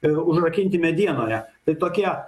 ir užrakinti medienoje tai tokia